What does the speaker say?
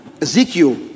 Ezekiel